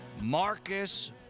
Marcus